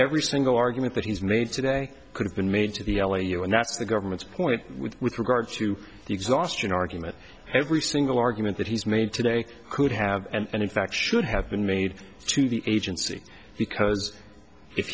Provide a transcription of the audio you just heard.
every single argument that he's made today could have been made to the l a u and that's the government's point with regard to the exhaustion argument every single argument that he's made today could have and in fact should have been made to the agency because if